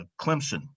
Clemson